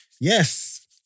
yes